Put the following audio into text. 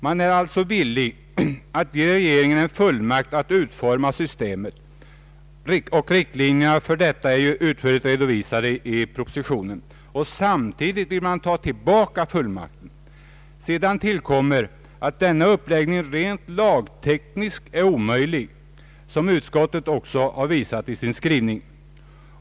Man är alltså villig att ge regeringen fullmakt att utforma systemet och riktlinjerna såsom utförligt redovisats i propositionen, men samtidigt vill man ta tillbaka fullmakten. Därtill kommer att denna uppläggning rent lagtekniskt är omöjlig, vilket utskottet också påvisat i sin skrivning.